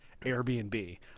Airbnb